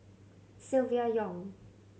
Silvia Yong